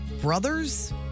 brothers